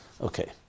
Okay